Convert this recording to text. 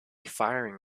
firing